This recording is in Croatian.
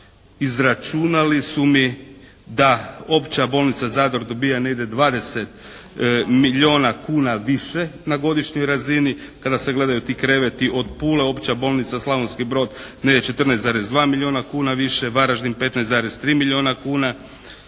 izračunali su mi da Opća bolnica Zadar dobija negdje 20 milijuna kuna više na godišnjoj razini. Kada se gledaju ti kreveti od Pule, Opća bolnica Slavonski Brod negdje 14,2 milijuna kuna više, Varaždin 15,3 milijuna kuna